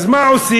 אז מה עושים?